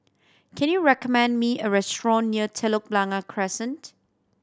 can you recommend me a restaurant near Telok Blangah Crescent